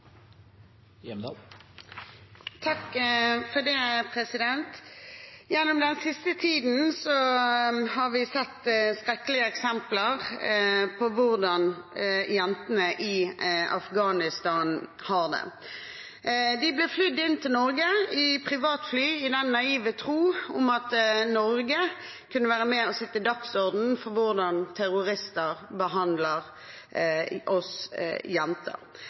Gjennom den siste tiden har vi sett skrekkelige eksempler på hvordan jentene i Afghanistan har det. Taliban ble flydd til Norge i privatfly i den naive tro om at Norge kunne være med og sette dagsordenen for hvordan terrorister behandler jenter.